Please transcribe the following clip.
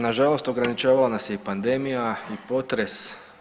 Na žalost ograničavala nas je i pandemija i potres.